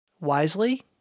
wisely